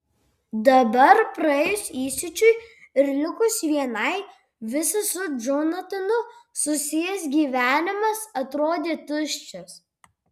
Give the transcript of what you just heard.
dabar praėjus įsiūčiui ir likus vienai visas su džonatanu susijęs gyvenimas atrodė tuščias